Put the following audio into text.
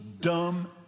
dumb